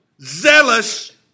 Zealous